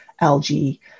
algae